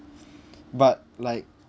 but like